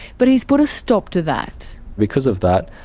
but he's put a stop to that. because of that,